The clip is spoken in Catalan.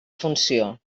funció